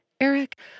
Eric